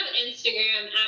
Instagram